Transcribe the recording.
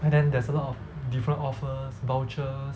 and then there's a lot of different offers vouchers